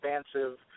expansive